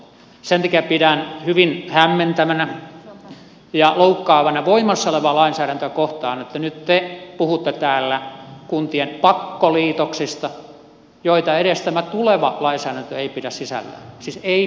sen takia pidän hyvin hämmentävänä ja loukkaavana voimassa olevaa lainsäädäntöä kohtaan että nyt te puhutte täällä kuntien pakkoliitoksista joita edes tämä tuleva lainsäädäntö ei pidä sisällään siis ei pidä sisällään